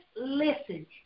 listen